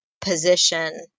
position